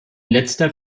letzter